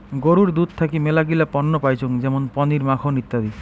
গরুর দুধ থাকি মেলাগিলা পণ্য পাইচুঙ যেমন পনির, মাখন ইত্যাদি